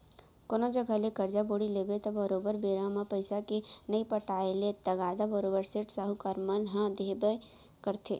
कोनो जघा ले करजा बोड़ी लेबे त बरोबर बेरा म पइसा के नइ पटाय ले तगादा बरोबर सेठ, साहूकार मन ह देबे करथे